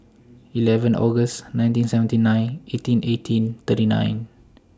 eleven August nineteen seventy eight eighteen eighteen thirty nine